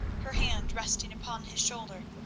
her hand resting upon his shoulder,